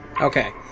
Okay